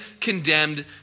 condemned